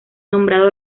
nombrado